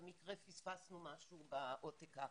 אם במקרה פספסנו משהו בעותק האחרון.